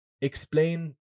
explain